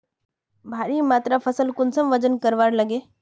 भारी मात्रा फसल कुंसम वजन करवार लगे?